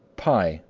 pie,